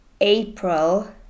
April